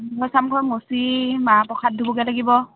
নামঘৰ চামঘৰ মুচি মাহ প্ৰসাদ ধুবগে লাগিব